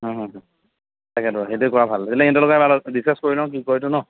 তাকেতো সেইটো কৰা ভাল এনে সিহঁতৰ লগত আলো ডিছকাছ কৰি লওঁ কি কৰেতো ন